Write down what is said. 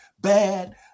Bad